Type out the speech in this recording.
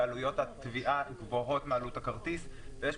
או שעלויות התביעה יהיו גבוהות מעלות הכרטיס,